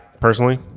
personally